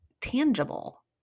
tangible